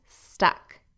stuck